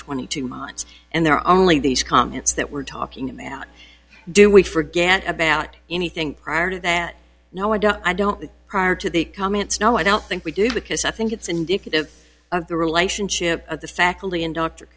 twenty two months and there are only these comments that we're talking about do we forget about anything prior to that no i don't i don't prior to the comments no i don't think we do because i think it's indicative of the relationship of the faculty and d